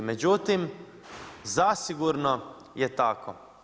Međutim, zasigurno je tako.